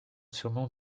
surnom